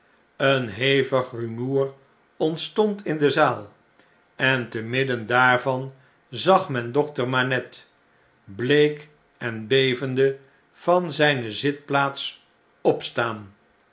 een hevig rumoer ontstond in de zaal en te midden daarvan zag men dokter manette bleek en bevende van zjne zitplaats opstaan